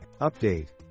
Update